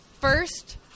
First